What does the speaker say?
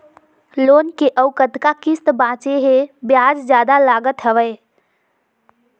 Loan के अउ कतका किस्त बांचें हे? ब्याज जादा लागत हवय,